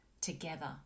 together